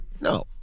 No